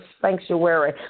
sanctuary